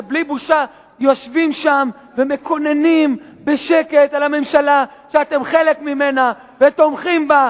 שבלי בושה יושבים שם ומקוננים בשקט על הממשלה שאתם חלק ממנה ותומכים בה,